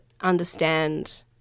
understand